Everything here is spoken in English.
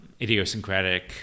idiosyncratic